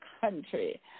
country